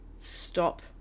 Stop